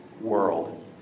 world